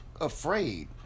afraid